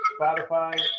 Spotify